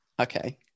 okay